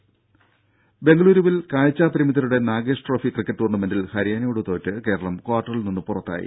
രേര ബെങ്കലൂരുവിൽ കാഴ്ച്ചാ പരിമിതരുടെ നാഗേഷ് ട്രോഫി ക്രിക്കറ്റ് ടൂർണമെന്റിൽ ഹരിയാനയോട് തോറ്റ് കേരളം ക്വാർട്ടറിൽ നിന്ന് പുറത്തായി